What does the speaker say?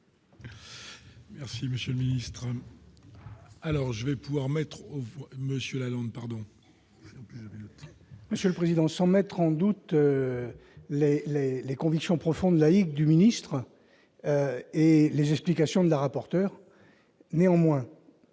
Merci monsieur le ministre. Alors, je vais pouvoir mettre au fond monsieur Lalonde pardon. Monsieur le Président, sans mettre en doute les, les, les convictions profondes laïque du ministre et les explications de la rapporteure néanmoins